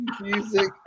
Music